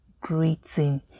greeting